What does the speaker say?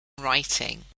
writing